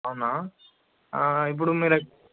అవునా ఇప్పుడు మీరు